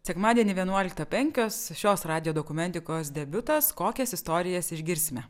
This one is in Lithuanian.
sekmadienį vienuoliktą penkios šios radijo dokumentikos debiutas kokias istorijas išgirsime